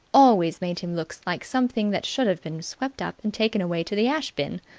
always made him look like something that should have been swept up and taken away to the ash-bin.